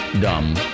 Dumb